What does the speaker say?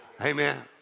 amen